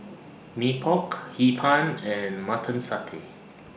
Mee Pok Hee Pan and Mutton Satay